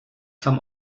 kam